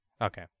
Okay